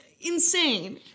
insane